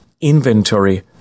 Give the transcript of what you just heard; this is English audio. inventory